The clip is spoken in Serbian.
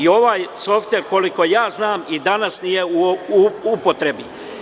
Ovaj softver, koliko znam, ni danas nije u upotrebi.